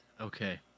okay